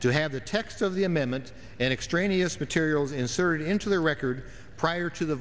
to have the text of the amendment and extraneous materials inserted into the record prior to the